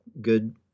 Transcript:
good